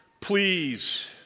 please